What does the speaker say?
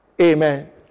amen